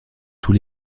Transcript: tous